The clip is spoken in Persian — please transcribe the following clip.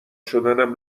شدنم